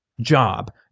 job